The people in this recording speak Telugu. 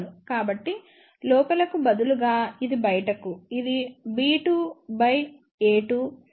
కాబట్టి లోపలకు బదులుగా ఇది బయటకుఇది b2 బై a2